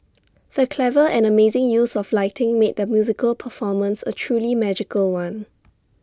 the clever and amazing use of lighting made the musical performance A truly magical one